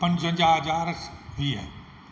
पंजवंजाह हज़ार सतावीह